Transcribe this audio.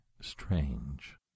Strange